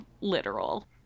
literal